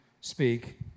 speak